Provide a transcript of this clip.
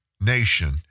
nation